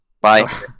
Bye